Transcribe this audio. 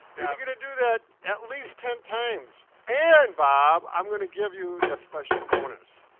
yeah gonna do that at least ten times. and bob i'm gonna give you the special bonus.